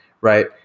right